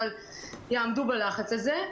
אבל יעמדו בלחץ הזה.